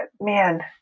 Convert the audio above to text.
man